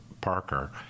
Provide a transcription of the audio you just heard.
Parker